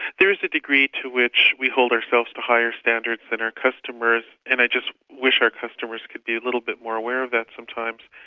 there is a degree to which we hold ourselves to higher standards than our customers, and i just wish our customers could be a little bit more aware of that sometimes.